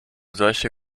solche